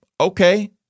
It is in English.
okay